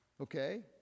Okay